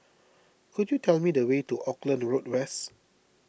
could you tell me the way to Auckland Road West